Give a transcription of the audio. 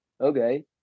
Okay